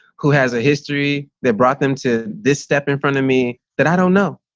who has a history that brought them to this step in front of me that i don't know,